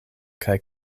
kaj